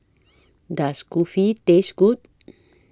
Does Kulfi Taste Good